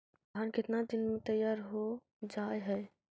धान केतना दिन में तैयार हो जाय है?